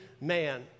man